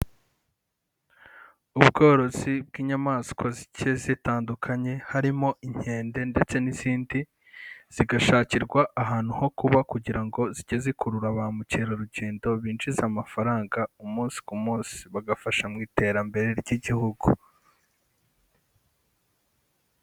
Ubworozi bw'inyamaswa zigiye zitandukanye, harimo inkende ndetse n'izindi, zigashakirwa ahantu ho kuba kugira ngo zijye zikurura bamukerarugendo binjiza amafaranga umunsi ku munsi, bagafasha mu iterambere ry'igihugu.